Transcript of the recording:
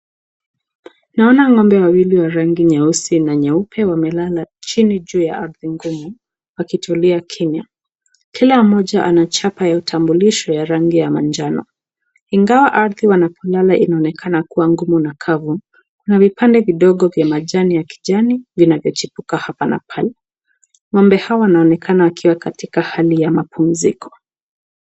Naona ng'ombe wawili wa rangi nyeusi na nyeupe wamelala chini juu ya ardhi ngumu wakitulia kimya. Kila moja ana chapa ya utambulisho ya rangi ya manjano. Ingawa ardhi wanapolala inaonekana kuwa ngumu na kavu, kuna vipande vidogo vya majani ya kijani vinavyochipuka hapa na pale. Ng'ombe hawa wanaonekana wakiwa katika hali ya mapumziko.